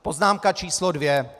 Poznámka č. 2.